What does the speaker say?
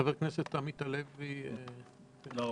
חבר הכנסת עמית הלוי, בבקשה.